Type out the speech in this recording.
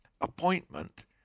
appointment